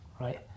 right